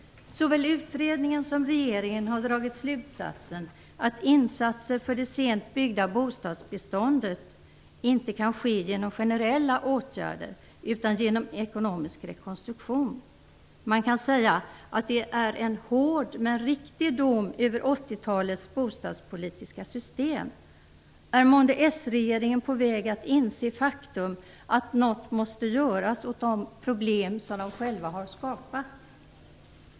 Såväl utredningen som regeringen har dragit slutsatsen att insatser för det sent byggda bostadsbeståndet inte kan ske genom generella åtgärder utan genom ekonomisk rekonstruktion. Man kan säga att det är en hård men riktig dom över 80-talets bostadspolitiska system. Är månne s-regeringen på väg att inse faktum att något måste göras åt de problem som de själva har skapat?